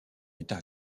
état